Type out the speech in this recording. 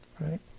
Right